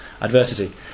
adversity